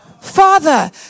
Father